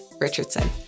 Richardson